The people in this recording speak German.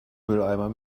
mülleimer